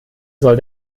soll